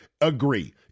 agree